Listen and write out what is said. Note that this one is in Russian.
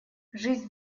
жизнь